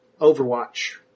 overwatch